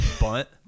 Bunt